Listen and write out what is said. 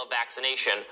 vaccination